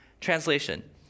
translation